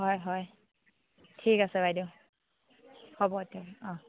হয় হয় ঠিক আছে বাইদেউ হ'ব এতিয়া অঁ